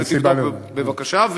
תבדוק, בבקשה.